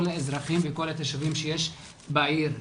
האזרחים וכל התושבים שיש בעיר כרמיאל.